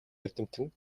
эрдэмтэн